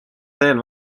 teel